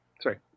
Sorry